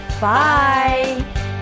Bye